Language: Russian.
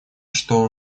что